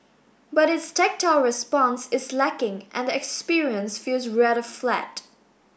but its tactile response is lacking and the experience feels rather flat